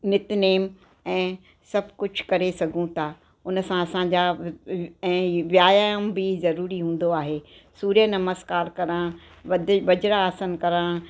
नित नेम ऐं सभु कुझु करे सघूं था उन सां असांजा वि ऐं व्यायाम बि ज़रूरी हूंदो आहे सूर्य नमस्कार करणु वध वज्रासन करणु